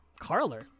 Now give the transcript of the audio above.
Carler